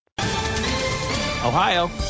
ohio